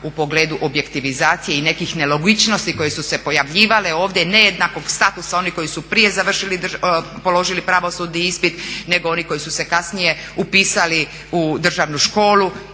u pogledu objektivizacije i nekih nelogičnosti koje su se pojavljivale ovdje, nejednakog statusa onih koji su prije položili pravosudni ispit nego onih koji su se kasnije upisali u Državnu školu,